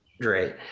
Great